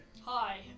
Hi